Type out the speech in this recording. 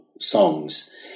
songs